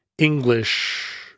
english